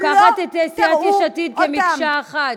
את לוקחת את סיעת יש עתיד כמקשה אחת.